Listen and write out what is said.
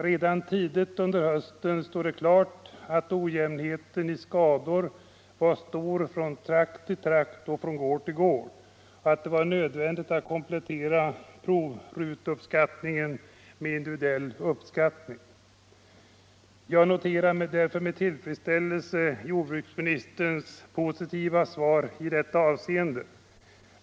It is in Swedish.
Redan tidigt under hösten stod det klart att ojämnheten i fråga om skador var stor från trakt till trakt och från gård till gård och att det var nödvändigt att komplettera provruteuppskattningen med individuell prövning. Jag noterar därför med tillfredsställelse jordbruksministerns positiva svar i detta avseende.